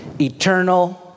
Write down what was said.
eternal